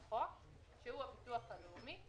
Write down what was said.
בחוק שהוא הביטוח הלאומי,